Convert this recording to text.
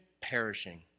perishing